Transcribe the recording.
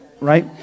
Right